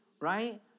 right